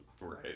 Right